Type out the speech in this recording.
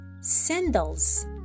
sandals